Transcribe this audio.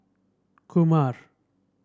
Kumar